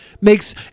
makes